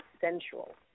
sensual